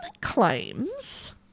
claims